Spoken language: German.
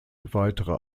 weitere